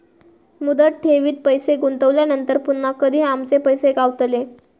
मुदत ठेवीत पैसे गुंतवल्यानंतर पुन्हा कधी आमचे पैसे गावतले?